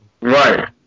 Right